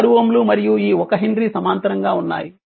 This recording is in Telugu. ఈ 6Ω మరియు ఈ 1 హెన్రీ సమాంతరంగా ఉన్నాయి